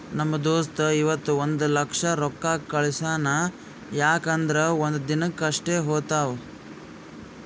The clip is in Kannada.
ನಮ್ ದೋಸ್ತ ಇವತ್ ಒಂದ್ ಲಕ್ಷ ರೊಕ್ಕಾ ಕಳ್ಸ್ಯಾನ್ ಯಾಕ್ ಅಂದುರ್ ಒಂದ್ ದಿನಕ್ ಅಷ್ಟೇ ಹೋತಾವ್